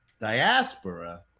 diaspora